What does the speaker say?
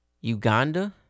Uganda